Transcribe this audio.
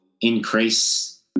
increase